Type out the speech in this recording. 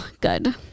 Good